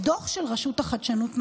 דוח של רשות החדשנות מהיום.